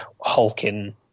hulking